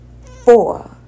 Four